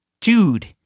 dude